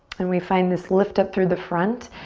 and we find this lift up through the front.